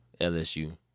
LSU